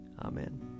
Amen